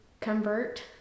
convert